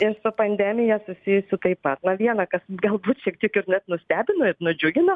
ir su pandemija susijusių taip pat va vieną kas galbūt šiek tiek ir net nustebino ir nudžiugino